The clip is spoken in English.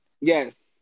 yes